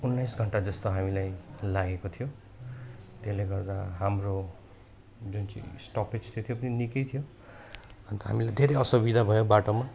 उन्नाइस घन्टा जस्तो हामीलाई लागेको थियो त्यसले गर्दा हाम्रो जुन चाहिँ स्टपेज थियो त्यो निकै नै थियो अन्त हामीलाई धेरै असुविधा भयो बाटोमा